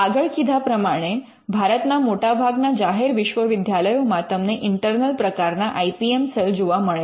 આગળ કીધા પ્રમાણે ભારતના મોટાભાગના જાહેર વિશ્વવિદ્યાલયોમાં તમને ઇન્ટર્નલ પ્રકારના આઇ પી એમ સેલ જોવા મળે છે